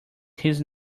his